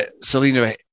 Selena